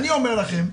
אני אומר לכם,